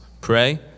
Pray